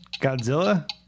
Godzilla